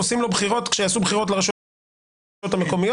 עושים לו בחירות כשעושים בחירות לרשויות המקומיות.